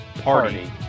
party